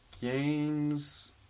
games